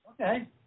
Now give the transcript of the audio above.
Okay